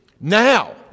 Now